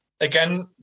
Again